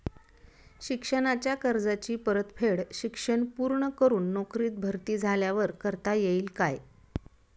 शिक्षणाच्या कर्जाची परतफेड शिक्षण पूर्ण करून नोकरीत भरती झाल्यावर करता येईल काय?